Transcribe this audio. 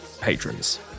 patrons